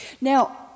Now